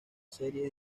serie